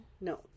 No